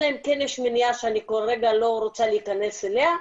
אלא אם כן יש מניעה שאני כרגע לא רוצה להיכנס אליה,